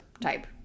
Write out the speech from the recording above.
type